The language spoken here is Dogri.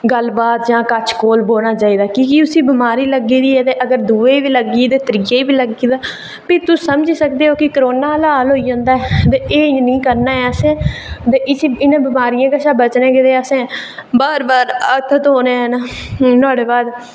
गल्ल बात जां कश बौह्ना चाहिदा की के उसी बमारी लग्गी दी ऐ ते दूएं बी लग्गी ते त्रीये गी बी लग्गी भी तुस समझी सकदे ओ कि कोरोना आह्ला हाल होई जंदा ऐ एह् निं करना ऐ असें ते इ'नें बमारियें कोला बचने गितै बार बार हत्थ धोने न असें नुहाड़े बाद